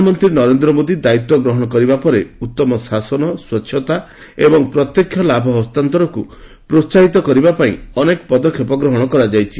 ପ୍ରଧାନମନ୍ତ୍ରୀ ନରେନ୍ଦ୍ର ମୋଦୀ ଦାୟିତ୍ୱ ଗ୍ରହଣ କରିବା ପରେ ଉତ୍ତମ ଶାସନ ସ୍ୱଚ୍ଛତା ଏବଂ ପ୍ରତ୍ୟକ୍ଷ ଲାଭ ହସ୍ତାନ୍ତରଣକୁ ପ୍ରୋହାହିତ କରିବା ପାଇଁ ଅନେକ ପଦକ୍ଷେପ ଗ୍ରହଣ କରାଯାଇଛି